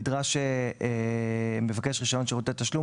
נדרש מבקש רישיון שירותי תשלום